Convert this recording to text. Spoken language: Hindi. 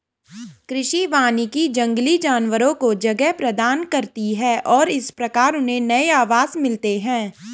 कृषि वानिकी जंगली जानवरों को जगह प्रदान करती है और इस प्रकार उन्हें नए आवास मिलते हैं